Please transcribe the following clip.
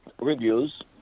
reviews